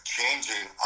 Changing